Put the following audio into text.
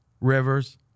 Rivers